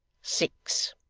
six,